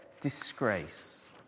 disgrace